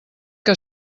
que